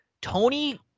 Tony